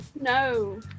No